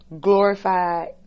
glorified